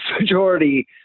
majority